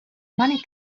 money